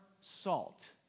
salt